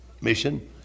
mission